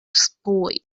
spoil